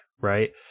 right